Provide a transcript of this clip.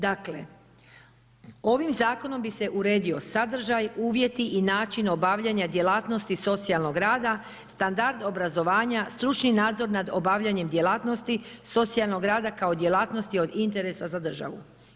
Dakle, ovim zakonom bi se uredio sadržaj, uvjeti i načini obavljanja djelatnosti socijalnog rada, standard obrazovanja, stručni nadzor nad obavljanjem djelatnosti socijalnog rada kao djelatnosti od interesa za državu.